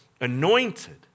anointed